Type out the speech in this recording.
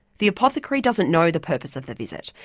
the apothecary doesn't know the purpose of the visit,